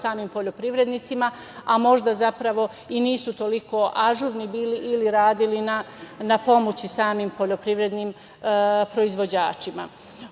samim poljoprivrednicima, a možda zapravo i nisu toliko ažurni bili ili radili na pomoći samim poljoprivrednim proizvođačima. Ono